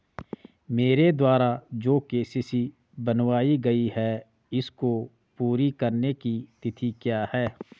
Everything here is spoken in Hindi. मेरे द्वारा जो के.सी.सी बनवायी गयी है इसको पूरी करने की तिथि क्या है?